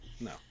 No